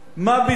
מה רע בזה?